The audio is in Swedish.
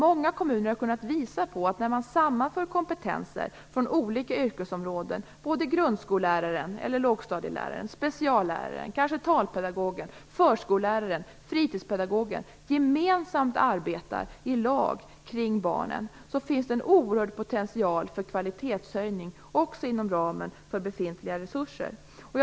Många kommuner har kunnat visa att när kompetenser sammanförs från olika yrkesområden, när grundskole och lågstadieläraren, specialläraren, kanske talpedagogen, förskolläraren och fritidspedagogen gemensamt arbetar i lag kring barnen, finns det en oerhörd potential för kvalitetshöjning också inom ramen för befintliga resurser. Fru talman!